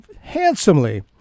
handsomely